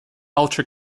ultra